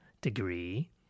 degree